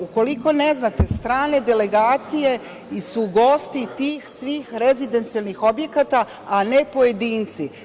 Ukoliko ne znate, strane delegacije su gosti tih svih rezidencijalnih objekata, a ne pojedinci.